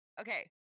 Okay